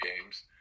games